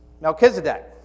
Melchizedek